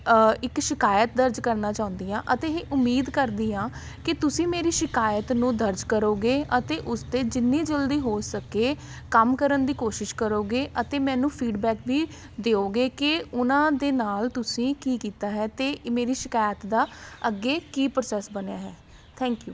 ਇੱਕ ਸ਼ਿਕਾਇਤ ਦਰਜ ਕਰਨਾ ਚਾਹੁੰਦੀ ਹਾਂ ਅਤੇ ਇਹ ਉਮੀਦ ਕਰਦੀ ਹਾਂ ਕਿ ਤੁਸੀਂ ਮੇਰੀ ਸ਼ਿਕਾਇਤ ਨੂੰ ਦਰਜ ਕਰੋਗੇ ਅਤੇ ਉਸ 'ਤੇ ਜਿੰਨੀ ਜਲਦੀ ਹੋ ਸਕੇ ਕੰਮ ਕਰਨ ਦੀ ਕੋਸ਼ਿਸ਼ ਕਰੋਗੇ ਅਤੇ ਮੈਨੂੰ ਫੀਡਬੈਕ ਵੀ ਦੇਓਗੇ ਕਿ ਉਹਨਾਂ ਦੇ ਨਾਲ ਤੁਸੀਂ ਕੀ ਕੀਤਾ ਹੈ ਅਤੇ ਮੇਰੀ ਸ਼ਿਕਾਇਤ ਦਾ ਅੱਗੇ ਕੀ ਪ੍ਰੋਸੈਸ ਬਣਿਆ ਹੈ ਥੈਂਕ ਯੂ